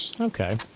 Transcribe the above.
Okay